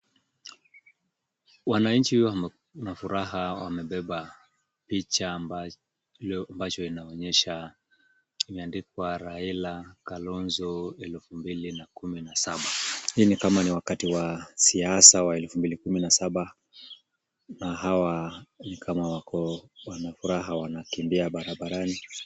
Wananchi wamo na furaha wamebeba picha ambacho inaonyesha kimeandikwa "Raila, Kalonzo, 2017". Hii nikama wakati wa siasa wa 2017,na hawa ni kama wako wana furaha wanakimbia barabarani.